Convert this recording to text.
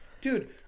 Dude